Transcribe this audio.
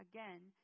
Again